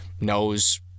knows